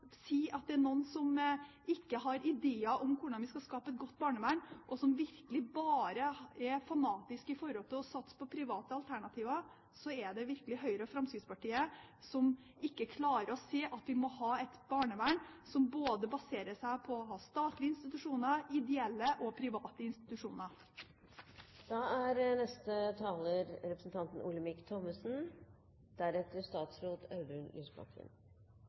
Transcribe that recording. si at det er noen som ikke har ideer om hvordan vi skal skape et godt barnevern, og som bare er fanatiske når det gjelder å satse på private alternativer, er det virkelig Høyre og Fremskrittspartiet, som ikke klarer å se at vi må ha et barnevern som baserer seg på å ha både statlige, ideelle og private